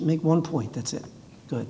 make one point that's a good